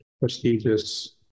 prestigious